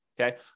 Okay